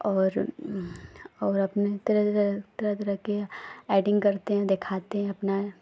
और और अपने तरह तरह तरह तरह के एक्टिन्ग करते हैं दिखाते हैं अपना